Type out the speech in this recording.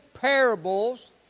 parables